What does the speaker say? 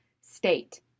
state